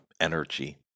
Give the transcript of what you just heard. energy